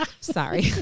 sorry